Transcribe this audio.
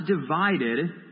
divided